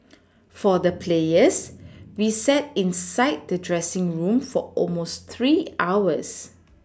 for the players we sat inside the dressing room for almost three hours